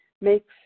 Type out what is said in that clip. makes